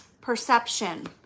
perception